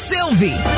Sylvie